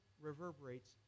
reverberates